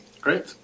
Great